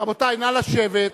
רבותי, נא לשבת.